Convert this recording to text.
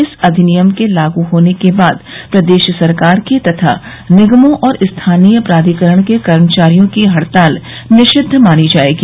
इस अधिनियम के लागू होने के बाद प्रदेश सरकार के तथा निगमों और स्थानीय प्राधिकरण के कर्मचारियों की हड़ताल निषिद्व मानी जायेगी